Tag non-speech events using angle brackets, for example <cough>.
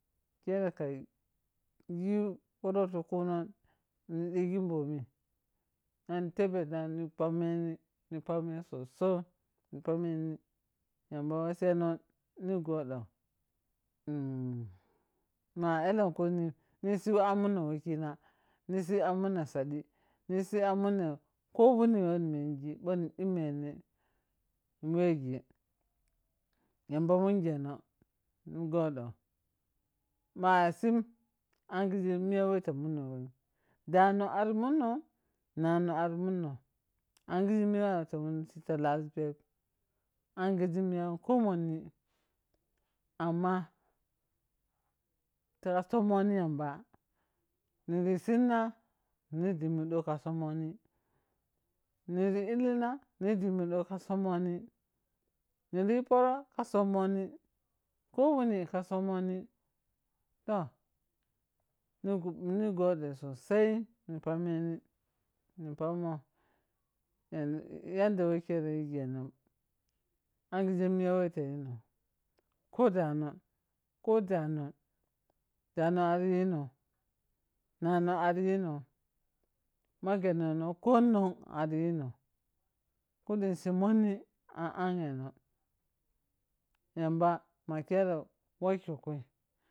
Khere kayu yo poro ti kunon ni digi bemi mani debo n ani papmeni sosai ni pameni yambo wosano nipaw ɗo <hesitation> ma alan kunim ni si an muno wokina nisi son muno sadi nisi an muno ko woni woni minri boni dumbni ni weji yamba mensano ni godoo ma sim angije miya wota munnum dano ar munon nanu ari munon, aji ge miya a tumon tiya tallasum peb angiye miya ko muni amma tiya somoni yamba niri sunna ni domi do ka somoni niri kuna ni dimi do ku somonin niri yi foro ko somoni ko wani ka somoni toh, ni sodou sosai nipameni ni pamou yanda wo khere yiseno angige miya wo khere yiseno angige miya wo to yenom ko danom ko dano dano ari ye nom nano ari yenom, ma genano konong ari yinom kadunsi monni an anyenom yamba mo khero waki kui.